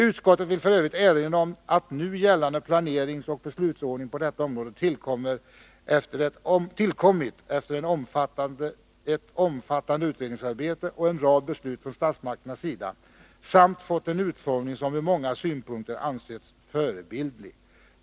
Utskottet vill f. ö. erinra om att nu gällande planeringsoch beslutsordning på detta område tillkommit efter ett omfattande utredningsarbete och en rad beslut från statsmakternas sida samt fått en utformning som ur många synpunkter ansetts förebildlig.